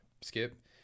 skip